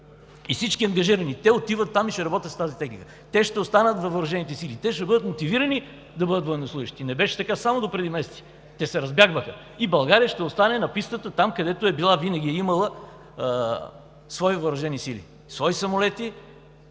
и всички ангажирани. Те отиват там и ще работят с тази техника, ще останат във въоръжените сили, ще бъдат мотивирани да бъдат военнослужещи, а не беше така само допреди месеци, те се разбягваха. България ще остане на пистата – там, където винаги е била, имала е свои въоръжени сили, свои самолети.